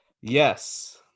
Yes